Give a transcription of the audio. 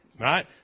Right